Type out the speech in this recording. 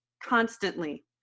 constantly